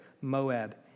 Moab